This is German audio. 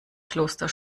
kloster